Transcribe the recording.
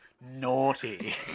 naughty